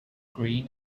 green